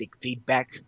feedback